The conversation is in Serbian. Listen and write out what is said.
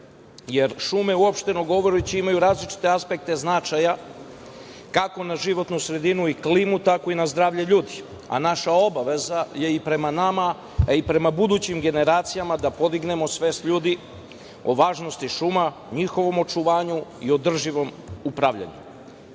jer šume uopšteno govoreći imaju različite aspekt značaja kako na životnu sredinu i klimu, tako i na zdravlje ljudi, a naša obaveza je i prema nama i prema budućim generacijama da podignemo svest ljudi o važnosti šuma, njihovom očuvanju i održivom upravljanju. Da